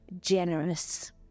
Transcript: generous